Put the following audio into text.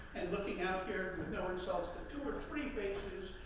and looking out here, with no insults, to two or three faces,